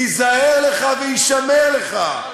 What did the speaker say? היזהר לך והישמר לך.